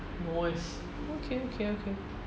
nice okay okay okay